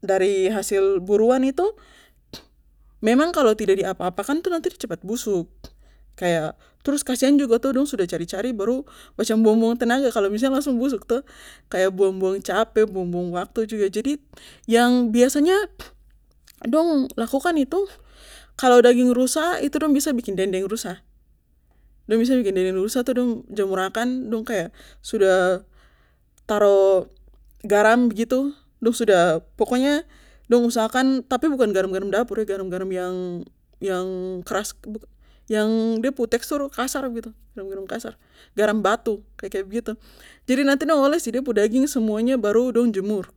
Dari hasil buruan itu memang kalo tidak di apa apakan tuh nanti de cepat busuk kaya trus kasihan juga to dong su cari cari baru macam buang buang tenaga kalo misal langsung busuk toh kaya buang buang cape buang buang waktu juga jadi yang biasanya dong lakukan itu kalo daging rusa itu dong biasa bikin dendeng rusa dong biasa bikin dendeng rusa tuh dong jemur akan dong kaya sudah taro garam begitu dong sudah pokoknya dong usahakan tapi bukan garam garam dapur garam garam yang keras begitu yang de pu tekstur kasar begitu garam garam kasar garam batu kaya kaya begitu jadi nanti dong oles di de pu daging semuannya baru baru dong jemur